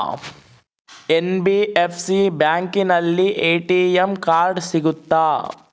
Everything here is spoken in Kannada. ಎನ್.ಬಿ.ಎಫ್.ಸಿ ಬ್ಯಾಂಕಿನಲ್ಲಿ ಎ.ಟಿ.ಎಂ ಕಾರ್ಡ್ ಸಿಗುತ್ತಾ?